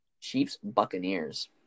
Chiefs-Buccaneers